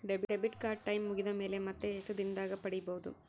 Debit card time ಮುಗಿದ ಮೇಲೆ ಮತ್ತೆ ಎಷ್ಟು ದಿನದಾಗ ಪಡೇಬೋದು?